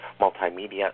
multimedia